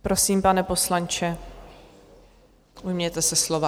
Prosím, pane poslanče, ujměte se slova.